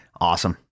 awesome